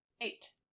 eight